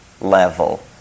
level